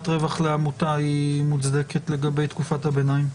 רווח לעמותה היא מוצדקת לגבי תקופת הביניים.